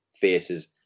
faces